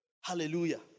Hallelujah